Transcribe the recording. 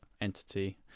entity